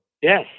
Yes